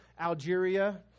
Algeria